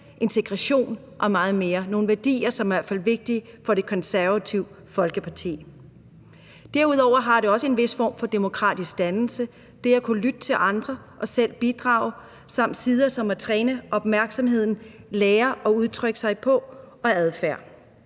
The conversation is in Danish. integration og meget mere. Det er nogle værdier, som i hvert fald er vigtige for Det Konservative Folkeparti. Derudover giver det også en vis form for demokratisk dannelse; det at kunne lytte til andre og selv bidrage samt sider som at træne opmærksomheden, lære måder at udtrykke sig på, adfærd.